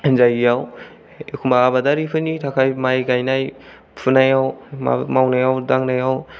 जायगायाव एखमबा आबादारिफोरनि थाखाय माइ गायनाय फुनायाव मावनायाव दांनायाव